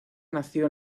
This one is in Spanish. nació